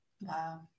wow